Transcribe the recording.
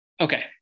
Okay